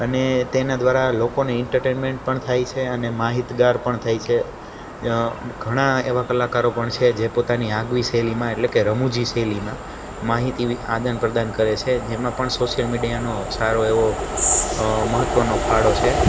અને તેનાં દ્વારા લોકોને એન્ટરટેનમેન્ટ પણ થાય છે અને માહિતગાર પણ થાય છે ઘણા એવા કલાકારો પણ છે જે પોતાની આગવી શૈલીમાં એટલે કે રમૂજી શૈલીમાં માહિતી આદાન પ્રદાન કરે છે જેમાં પણ સોશ્યલ મીડિયાનો સારો એવો મહત્ત્વનો ફાળો છે